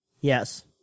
Yes